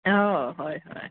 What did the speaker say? অঁ হয় হয়